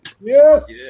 Yes